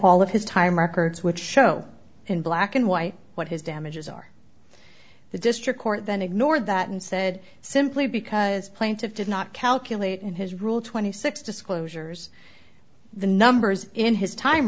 all of his time records which show in black and white what his damages are the district court then ignored that and said simply because plaintive did not calculate in his rule twenty six disclosures the numbers in his time